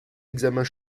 examens